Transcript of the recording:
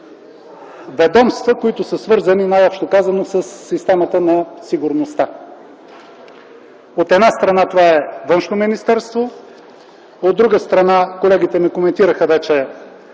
ведомства, които са свързани, най-общо казано, със системата на сигурността. От една страна, това е Външно министерство, от друга страна, колегите ми коментираха вече